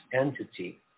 entity